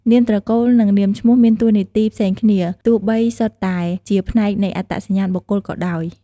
នាមត្រកូល និង នាមឈ្មោះ មានតួនាទីផ្សេងគ្នា ទោះបីសុទ្ធតែជាផ្នែកនៃអត្តសញ្ញាណបុគ្គលក៏ដោយ។